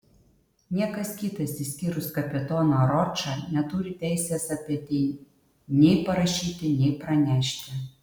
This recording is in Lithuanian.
niekas kitas išskyrus kapitoną ročą neturi teisės apie tai nei parašyti nei pranešti